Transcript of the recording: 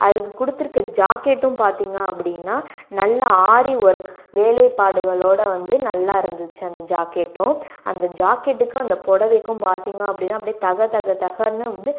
அதுக்கு கொடுத்துருக்க ஜாக்கெட்டும் பார்த்தீங்க அப்படின்னா நல்லா ஆரி ஒர்க் வேலைப்பாடுகளோட வந்து நல்லா இருந்துச்சு அந்த ஜாக்கெட்டும் அந்த ஜாக்கெட்டுக்கும் அந்த புடவைக்கும் பார்த்தீங்க அப்படின்னா அப்படியே தகதகதகன்னு வந்து